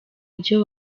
byo